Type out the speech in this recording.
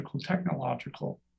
technological